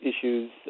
issues